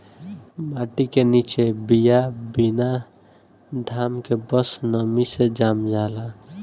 माटी के निचे बिया बिना घाम के बस नमी से जाम जाला